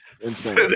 insane